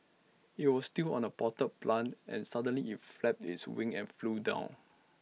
IT was still on A potted plant and suddenly IT flapped its wings and flew down